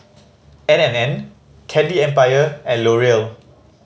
N and N Candy Empire and L'Oreal